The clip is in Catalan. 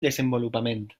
desenvolupament